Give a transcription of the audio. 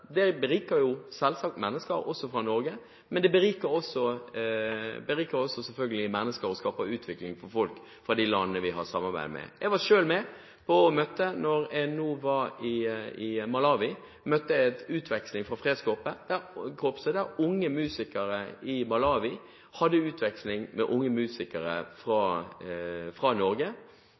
Fredskorpset, beriker – i tillegg til å berike mennesker fra Norge – selvfølgelig også mennesker og skaper utvikling for folk i de landene vi har samarbeid med. Når jeg nå var i Malawi, møtte jeg unge musikere fra Malawi som hadde utveksling i regi av Fredskorpset med unge musikere fra Norge.